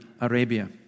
Arabia